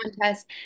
contest